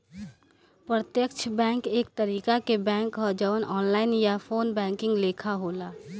प्रत्यक्ष बैंक एक तरीका के बैंक ह जवन ऑनलाइन या फ़ोन बैंकिंग लेखा होला